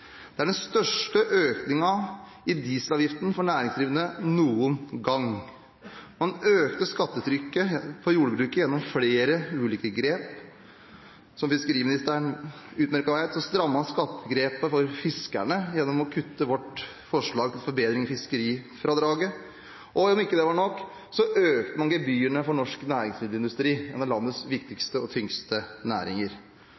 Det er den største økningen i dieselavgiften for næringsdrivende noen gang. Man økte skattetrykket for jordbruket gjennom flere ulike grep. Som fiskeriministeren utmerket vet, strammet en grepet for fiskerne gjennom å kutte vårt forslag til forbedring i fiskerfradraget. Og som om ikke det var nok, økte man gebyrene for norsk næringsmiddelindustri, som er landets